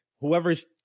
whoever's